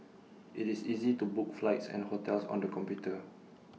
IT is easy to book flights and hotels on the computer